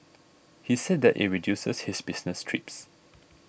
he said that it reduces his business trips